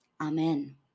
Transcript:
Amen